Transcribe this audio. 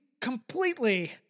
completely